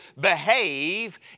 behave